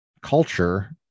culture